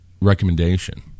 recommendation